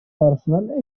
personal